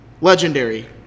Legendary